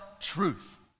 truth